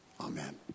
Amen